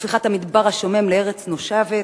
הפיכת המדבר השומם לארץ נושבת?